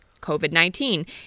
COVID-19